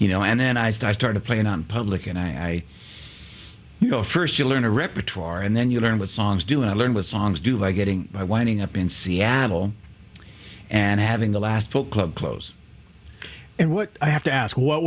you know and then i started playing out in public and i you know first you learn a repertoire and then you learn what songs do and i learned what songs do by getting by winding up in seattle and having the last folk club close and what i have to ask what